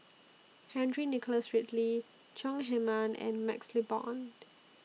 Henry Nicholas Ridley Chong Heman and MaxLe Blond